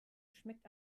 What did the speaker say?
schmeckt